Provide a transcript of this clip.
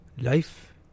Life